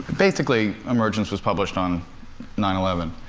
basically, emergence was published on nine eleven.